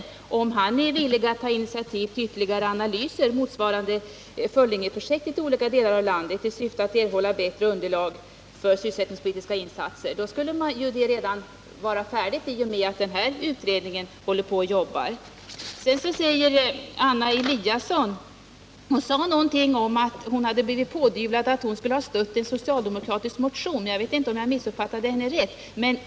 Om arbetsmarknadsministern är villig att ta initiativ till ytterligare analyser motsvarande Föllingeprojektet i olika delar av landet i syfte att erhålla bättre underlag för sysselsättningspolitiska insatser, skulle det hela vara färdigt i och med att denna utredning jobbar. Anna Eliasson sade någonting om att hon hade blivit pådyvlad att hon hade stött en socialdemokratisk motion. Jag vet inte om jag missuppfattade henne.